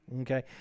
okay